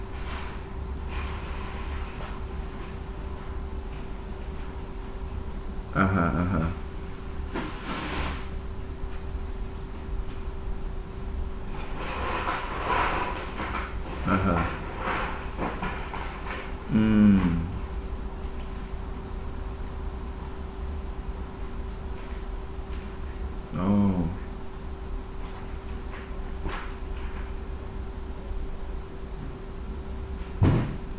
(uh huh) (uh huh) (uh huh) mm oh